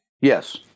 Yes